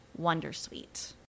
wondersuite